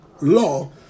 Law